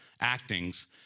actings